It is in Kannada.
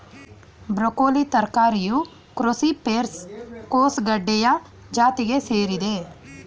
ಬ್ರೊಕೋಲಿ ತರಕಾರಿಯು ಕ್ರೋಸಿಫೆರಸ್ ಕೋಸುಗಡ್ಡೆಯ ಜಾತಿಗೆ ಸೇರಿದೆ